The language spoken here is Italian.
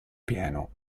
pieno